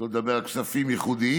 שלא לדבר על כספים ייחודיים,